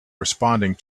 responding